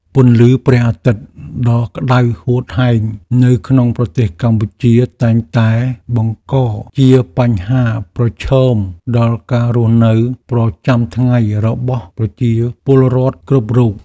ពន្លឺព្រះអាទិត្យដ៏ក្តៅហួតហែងនៅក្នុងប្រទេសកម្ពុជាតែងតែបង្កជាបញ្ហាប្រឈមដល់ការរស់នៅប្រចាំថ្ងៃរបស់ប្រជាពលរដ្ឋគ្រប់រូប។